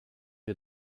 wir